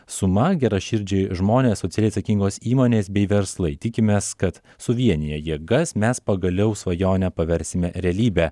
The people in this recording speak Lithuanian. suma geraširdžiai žmonės socialiai atsakingos įmonės bei verslai tikimės kad suvieniję jėgas mes pagaliau svajonę paversime realybe